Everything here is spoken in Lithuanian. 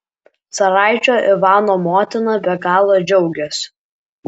caraičio ivano motina be galo džiaugiasi